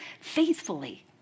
faithfully